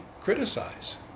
criticize